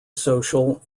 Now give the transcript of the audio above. social